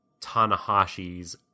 Tanahashi's